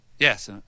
Yes